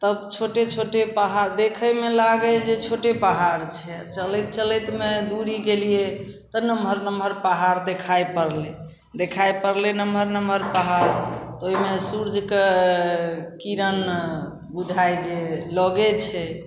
तब छोटे छोटे पहाड़ देखैमे लागै जे छोटे पहाड़ छै आओर चलैत चलैतमे दूरी गेलिए तऽ नमहर नमहर पहाड़ देखाइ पड़लै देखाइ पड़लै नमहर नमहर पहाड़ तऽ ओहिमे सूर्यके किरण बुझाइ जे लगे छै